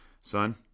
son